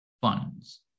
funds